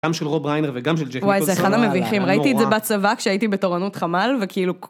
גם של רוב ריינר וגם של ג'כניקוס. וואי, זה אחד המביכים. ראיתי את זה בצבא כשהייתי בתורנות חמ"ל, וכאילו...